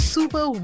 Super